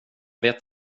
vet